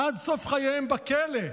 עד סוף חייהם בכלא",